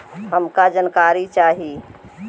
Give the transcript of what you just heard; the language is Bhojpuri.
हमका जानकारी चाही?